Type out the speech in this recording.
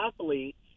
athletes